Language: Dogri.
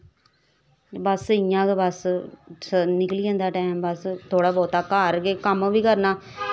बस इयां गै बस निकली जंदा टैम बस थोह्ड़ा बौह्ता घर गै कम्म बी करना